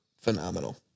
phenomenal